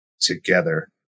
Together